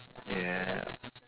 yeah